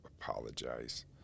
apologize